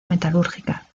metalúrgica